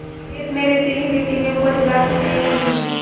खेत में रेतीली मिटी में उपज उगा सकते हैं या नहीं?